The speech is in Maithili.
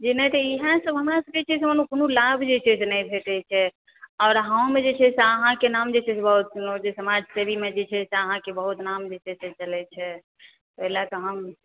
जी नहि तऽ इएह सभ हमरा सभके जे चाही से कोनो लाभ जे चाही से नहि भेटै छै आओर एहूमे जे छै से अहाँके नाम जे छै से बहुत सुनलहुँ जे समाजसेवीमे जे छै से अहाँकेँ बहुत नाम जे छै से चलैछै ओहि लऽकऽहम